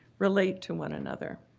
relate to one another.